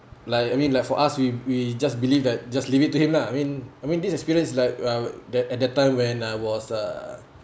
like I mean like for us we we just believe that just leave it to him lah I mean I mean this experiences like uh that at that time when I was uh